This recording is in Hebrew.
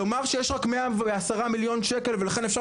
לומר שיש רק 110 מיליון שקל ולכן אפשר